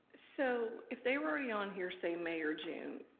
so if they were already on here, say, may or and